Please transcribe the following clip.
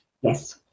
Yes